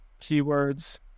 keywords